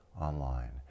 online